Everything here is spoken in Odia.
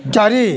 ଚାରି